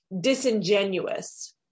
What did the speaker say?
disingenuous